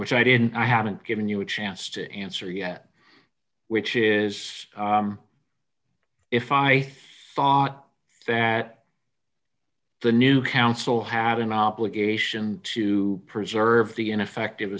which i didn't i haven't given you a chance to answer yet which is if i thought that the new council have an obligation to preserve the ineffective